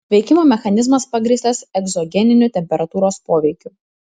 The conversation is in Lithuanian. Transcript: veikimo mechanizmas pagrįstas egzogeniniu temperatūros poveikiu